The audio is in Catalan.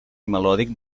melòdic